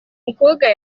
mukobwa